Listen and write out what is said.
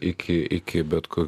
iki iki bet ko